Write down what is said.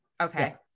Okay